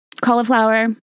cauliflower